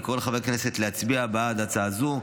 אני קורא לחברי הכנסת להצביע בעד הצעה זו.